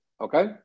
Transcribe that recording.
okay